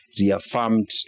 reaffirmed